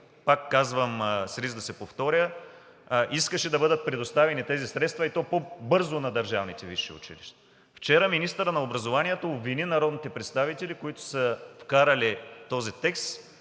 пак казвам с риск да се повторя, искаше да бъдат предоставени тези средства, и то по-бързо, на държавните висши училища. Вчера министърът на образованието обвини народните представители, които са вкарали този текст,